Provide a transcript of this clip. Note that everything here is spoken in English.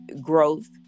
growth